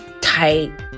tight